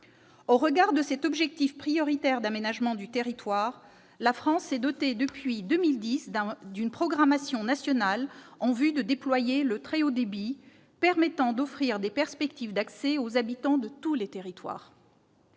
Au regard de cet objectif prioritaire d'aménagement du territoire, la France s'est dotée depuis 2010 d'une programmation nationale en vue de déployer le très haut débit, permettant d'offrir des perspectives d'accès aux habitants de tous les territoires.